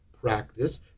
practice